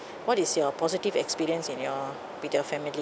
what is your positive experience in your with your family